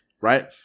right